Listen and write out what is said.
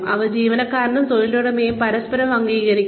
അവ ജീവനക്കാരും തൊഴിലുടമയും പരസ്പരം അംഗീകരിക്കണം